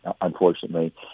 unfortunately